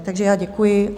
Takže já děkuji.